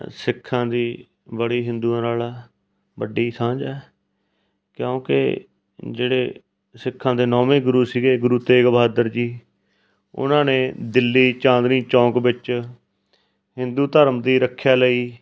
ਸਿੱਖਾਂ ਦੀ ਬੜੀ ਹਿੰਦੂਆਂ ਨਾਲ ਵੱਡੀ ਸਾਂਝ ਹੈ ਕਿਉਂਕਿ ਜਿਹੜੇ ਸਿੱਖਾਂ ਦੇ ਨੌਵੇਂ ਗੁਰੂ ਸੀਗੇ ਗੁਰੂ ਤੇਗ ਬਹਾਦਰ ਜੀ ਉਹਨਾਂ ਨੇ ਦਿੱਲੀ ਚਾਂਦਨੀ ਚੌਂਕ ਵਿੱਚ ਹਿੰਦੂ ਧਰਮ ਦੀ ਰੱਖਿਆ ਲਈ